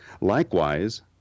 Likewise